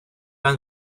ein